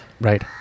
Right